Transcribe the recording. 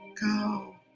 go